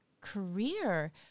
career